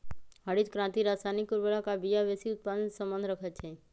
हरित क्रांति रसायनिक उर्वर आ बिया वेशी उत्पादन से सम्बन्ध रखै छै